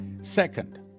Second